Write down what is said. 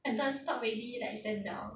I thought stop already like stand down